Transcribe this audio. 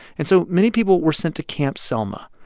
and so many people were sent to camp selma,